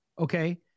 Okay